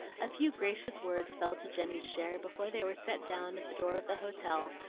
a few gracious words fell to jenny's share before they were set down at the door of the hotel,